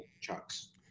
chunks